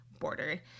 border